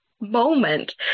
moment